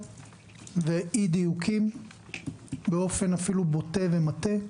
ואי-דיוקים אפילו באופן בוטה ומטעה.